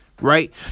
Right